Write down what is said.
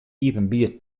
iepenbier